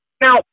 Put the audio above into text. Now